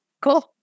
Cool